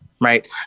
right